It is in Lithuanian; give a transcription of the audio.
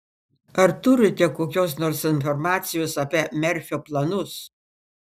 ar turite kokios nors informacijos apie merfio planus